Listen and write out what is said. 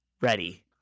Ready